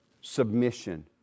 submission